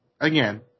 Again